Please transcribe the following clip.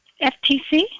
FTC